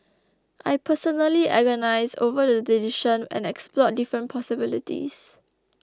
I personally agonised over the decision and explored different possibilities